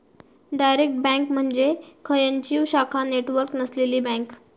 direct bank म्हणजे खंयचीव शाखा नेटवर्क नसलेली बँक